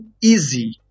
easy